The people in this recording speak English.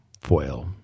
foil